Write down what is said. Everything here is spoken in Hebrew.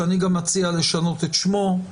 שאני גם מציע לשנות את שמו,